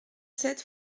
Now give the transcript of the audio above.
sept